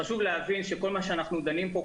חשוב להבין שכל מה שאנחנו דנים פה,